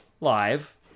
live